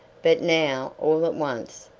but now all at once,